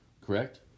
Correct